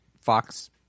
Fox